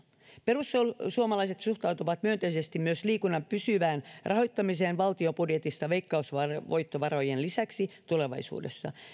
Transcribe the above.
perussuomalaiset suhtautuvat myönteisesti myös liikunnan pysyvään rahoittamiseen valtion budjetista veikkausvoittovarojen lisäksi tulevaisuudessa